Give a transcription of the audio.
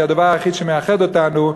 שהיא הדבר היחיד שמאחד אותנו,